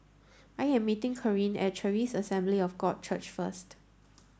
I am meeting Kareen at Charis Assembly of God Church first